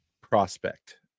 prospect